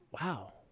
wow